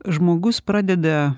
žmogus pradeda